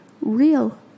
real